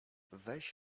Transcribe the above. weź